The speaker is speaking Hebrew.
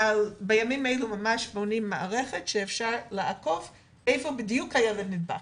אבל בימים אלה ממש בונים מערכת שאפשר לעקוב היכן בדיוק הילד נדבק,